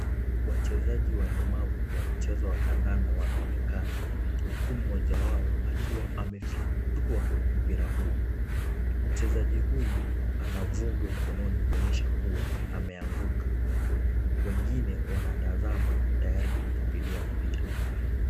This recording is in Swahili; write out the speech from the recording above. Wachezaji walemavu wa mchezo wa kandanda wakionekana, huku mmoja wao anaonekana akifyatua mpira huo. Mchezaji huyu ana vumbi mkononi kuonyesha kuwa ameanguka. Wengine wanatazama tayari kuukimbilia mpira.